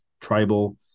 tribal